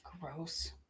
Gross